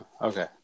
Okay